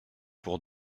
pour